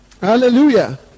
Hallelujah